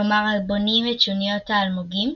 כלומר הבונים את שונית האלמוגים,